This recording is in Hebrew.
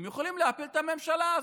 הם יכולים להפיל את הממשלה הזאת,